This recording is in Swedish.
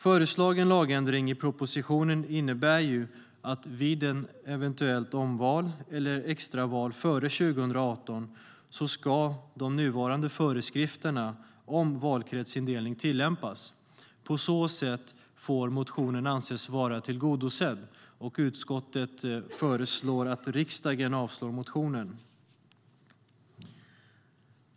Föreslagen lagändring i propositionen innebär att vid ett eventuellt omval eller extra val före 2018 ska de nuvarande föreskrifterna om valkretsindelning tillämpas. På så sätt får motionen anses vara tillgodosedd, och utskottet föreslår att riksdagen avslår motionen.